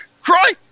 Cry